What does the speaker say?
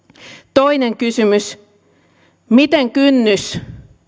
toinen kysymys miten kynnys